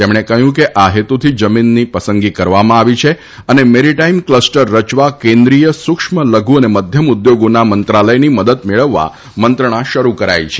તેમણે કહ્યું કે આ હેતુથી જમીનની પસંદગી કરવામાં આવી છે અને મેરીટાઇમ કલસ્ટર રચવા કેન્દ્રિય સુક્ષ્મ લઘુ તથા મધ્યમ ઉદ્યોગોના મંત્રાલયની મદદ મેળવવા મંત્રણા શરૂ કરાઇ છે